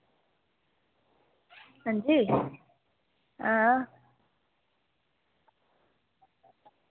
अंजी अं